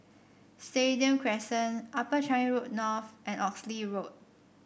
Stadium Crescent Upper Changi Road North and Oxley Road